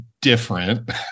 different